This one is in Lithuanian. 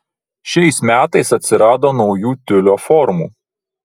šiais metais atsirado naujų tiulio formų